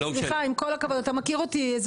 סליחה עם כל הכבוד, אתה מכיר אותי.